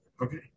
okay